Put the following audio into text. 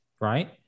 right